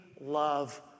love